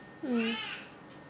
mm